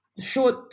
short